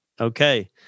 okay